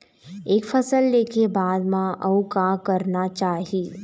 एक फसल ले के बाद म अउ का करना चाही?